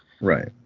Right